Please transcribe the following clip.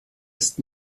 ist